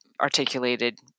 articulated